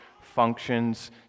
functions